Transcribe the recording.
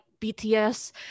BTS